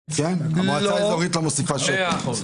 המועצה האזורית לא מוסיפה שקל.